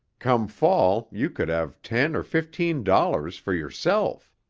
come fall you could have ten or fifteen dollars for yourself.